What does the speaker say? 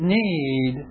need